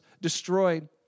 destroyed